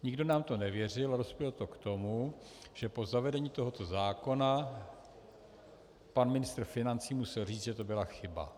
Nikdo nám to nevěřil a dospělo to k tomu, že po zavedení tohoto zákona pan ministr financí musel říct, že to byla chyba.